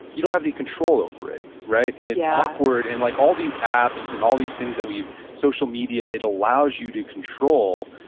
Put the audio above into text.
you don't have any control over it, right? and it's yeah awkward, and like all these apps and all these things that we've, social media, it allows you to control,